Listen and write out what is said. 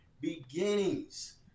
beginnings